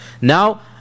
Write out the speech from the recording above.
now